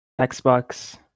Xbox